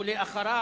שמספרה 473. ואחריה